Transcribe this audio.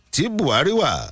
Tibuariwa